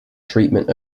treatment